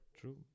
true